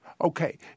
Okay